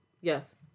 yes